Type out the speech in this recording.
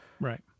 right